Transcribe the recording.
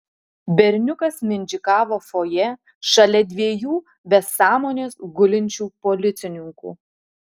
berniukas mindžikavo fojė šalia dviejų be sąmonės gulinčių policininkų